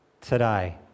today